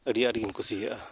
ᱟᱹᱰᱤᱼᱟᱸᱴᱜᱮᱧ ᱠᱩᱥᱤᱭᱟᱜᱼᱟ